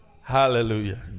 hallelujah